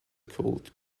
cooled